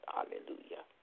Hallelujah